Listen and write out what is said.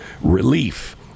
relief